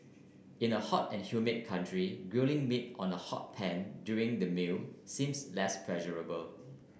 in a hot and humid country grilling meat on a hot pan during the meal seems less pleasurable